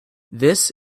this